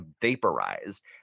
vaporized